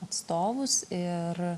atstovus ir